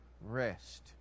rest